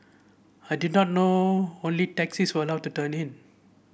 I did not know only taxis were allowed to turn in